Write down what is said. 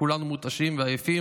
וכולנו מותשים ועייפים,